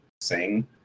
sing